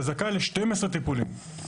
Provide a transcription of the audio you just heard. אתה זכאי ל-12 טיפולים.